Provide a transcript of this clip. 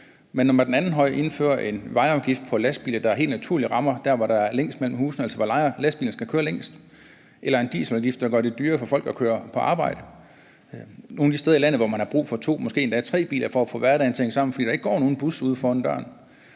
men når man med den anden hånd indfører en vejafgift på lastbiler, der helt naturligt rammer der, hvor der er længst mellem husene, altså hvor man skal køre længst, når man indfører en dieselafgift, der gør det dyrere for folk at køre på arbejde nogle af de steder i landet, hvor man har brug for to og måske endda tre biler for at få hverdagen til at hænge sammen, fordi der ikke går nogen bus ude foran døren,